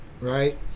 right